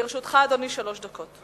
לרשותך, אדוני, שלוש דקות,